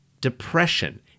Depression